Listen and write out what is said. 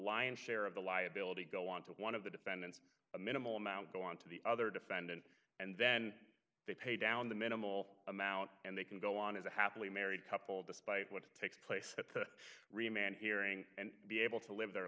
lion's share of the liability go on to one of the defendants a minimal amount go on to the other defendant and then they pay down the minimal amount and they can go on as a happily married couple despite what takes place at the remand hearing and be able to live their